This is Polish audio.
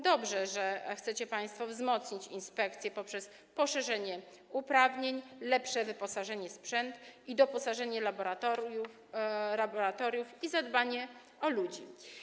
Dobrze, że chcecie państwo wzmocnić inspekcję poprzez poszerzenie uprawnień, lepsze wyposażenie w sprzęt, doposażenie laboratoriów i zadbanie o ludzi.